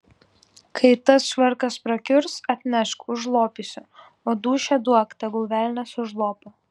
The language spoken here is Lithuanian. kai tas švarkas prakiurs atnešk užlopysiu o dūšią duok tegul velnias užlopo